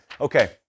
Okay